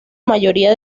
mayoría